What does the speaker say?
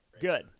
Good